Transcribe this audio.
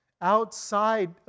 outside